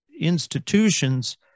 institutions